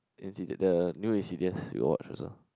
Insidious the new Insidious we watch also